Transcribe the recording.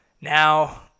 Now